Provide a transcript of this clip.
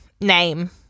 name